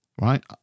right